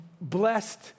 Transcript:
blessed